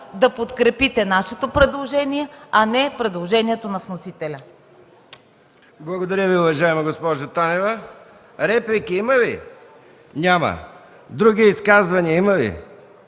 да подкрепите нашето предложение, а не предложението на вносителя.